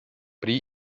prý